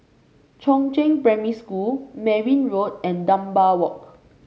Chongzheng Primary School Merryn Road and Dunbar Walk